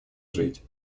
жить